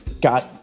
got